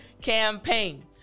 campaign